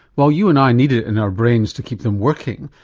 while you and i need it in our brains to keep them working,